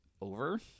over